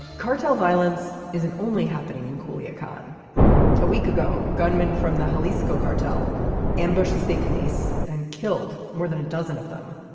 cartel violence isn't only happening in cali icon a week ago gunmen from the harley school cartel ambushed state police and killed more than a dozen of them.